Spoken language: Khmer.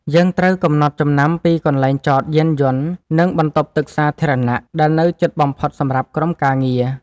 យើងត្រូវកត់ចំណាំពីកន្លែងចតយានយន្ត និងបន្ទប់ទឹកសាធារណៈដែលនៅជិតបំផុតសម្រាប់ក្រុមការងារ។